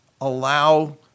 allow